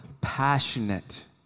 passionate